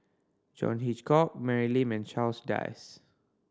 John Hitchcock Mary Lim and Charles Dyce